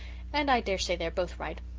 and i dare say they're both right.